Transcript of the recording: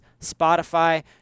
Spotify